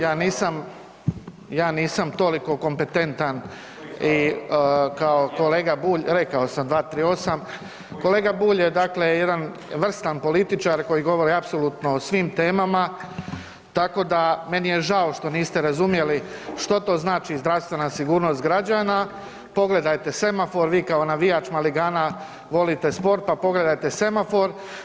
Ja nisam toliko kompetentan i kao kolega Bulj, ... [[Upadica se ne čuje.]] rekao sam, 238. kolega Bulj je dakle jedan vrstan političar koji govori apsolutno o svim temama, tako da, meni je žao što niste razumjeli što to znači zdravstvena sigurnost građana, pogledajte semafor, vi kao navijač Maligana volite sport pa pogledajte semafor.